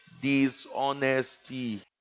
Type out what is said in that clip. dishonesty